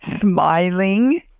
smiling